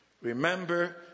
Remember